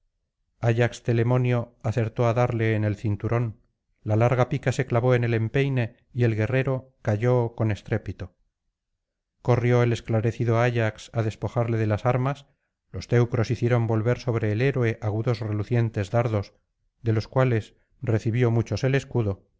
ayax telemonio acertó á darle en el cinturón la larga pica se clavó en el empeine y el guerrero cayó con estrépito corrió el esclarecido ayax á despojarle de las armas los teucros hicieron llover sobre el héroe agudos relucientes dardos de los cuales recibió muchos el escudo